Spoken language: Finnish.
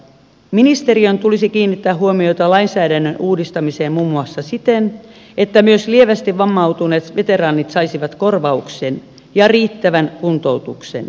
ministeriön tulisi kiinnittää huomiota lainsäädännön uudistamiseen muun muassa siten että myös lievästi vammautuneet veteraanit saisivat korvauksen ja riittävän kuntoutuksen